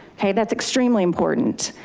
okay, that's extremely important.